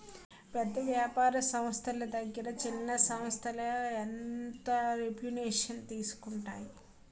పెద్ద వ్యాపార సంస్థల దగ్గర చిన్న సంస్థలు ఎంటర్ప్రెన్యూర్షిప్ తీసుకుంటాయి